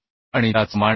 आणि त्याचप्रमाणे kb